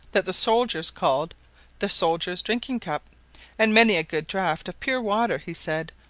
that the soldiers called the soldier's drinking-cup and many a good draught of pure water, he said,